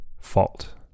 fault